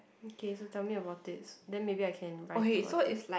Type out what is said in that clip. okay so tell me about it then maybe I can write about it